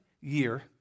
year